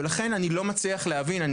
ולכן אני לא מצליח להבין.